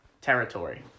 territory